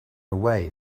away